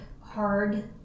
hard